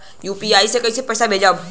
UPI से कईसे पैसा भेजब?